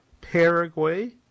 Paraguay